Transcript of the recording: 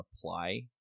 apply